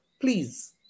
please